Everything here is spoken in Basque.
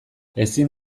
ezin